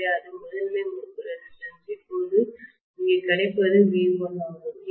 எனவே இது முதன்மை முறுக்கு ரெசிஸ்டன்ஸ் இப்போது இங்கே கிடைப்பது V1 ஆகும்